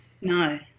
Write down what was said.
No